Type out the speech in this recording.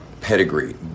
pedigree